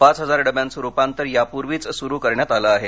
पाच हजार डब्यांचे रुपांतर यापूर्वींच सुरु करण्यात आले आहे